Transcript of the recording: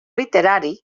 literari